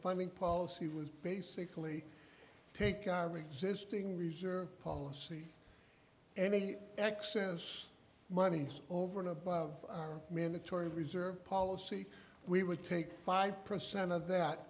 funding policy was basically take cysteine reser policy any excess money over and above our mandatory reserve policy we would take five percent of that